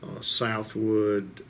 Southwood